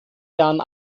jahren